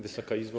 Wysoka Izbo!